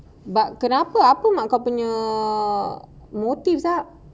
but kenapa apa mak kau punya motives sia